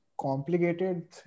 complicated